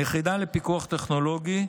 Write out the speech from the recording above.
היחידה לפיקוח טכנולוגי,